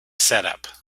setup